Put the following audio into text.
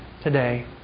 today